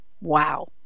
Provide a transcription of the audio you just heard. Wow